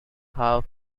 half